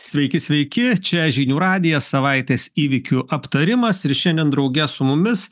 sveiki sveiki čia žinių radijas savaitės įvykių aptarimas ir šiandien drauge su mumis